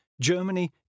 Germany